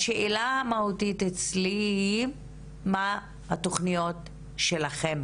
השאלה המהותית אצלי היא מה התוכניות שלכם